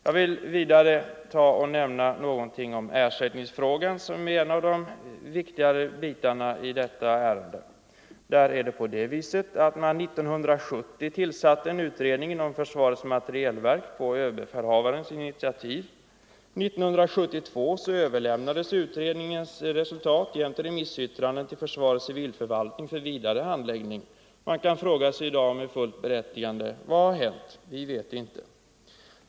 Jag vill vidare nämna något om ersättningsfrågan som är en av de viktigare bitarna i detta ärende. 1970 tillsatte man på överbefälhavarens initiativ en utredning inom försvarets materielverk. 1972 överlämnades utredningens resultat jämte remissyttranden till försvarets civilförvaltning för vidare handläggning. Man kan i dag med fullt berättigande fråga sig: Vad har hänt?